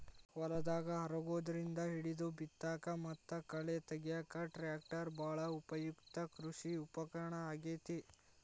ಹೊಲದಾಗ ಹರಗೋದ್ರಿಂದ ಹಿಡಿದು ಬಿತ್ತಾಕ ಮತ್ತ ಕಳೆ ತಗ್ಯಾಕ ಟ್ರ್ಯಾಕ್ಟರ್ ಬಾಳ ಉಪಯುಕ್ತ ಕೃಷಿ ಉಪಕರಣ ಆಗೇತಿ